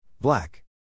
Black